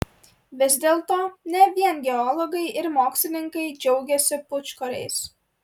vis dėlto ne vien geologai ir mokslininkai džiaugiasi pūčkoriais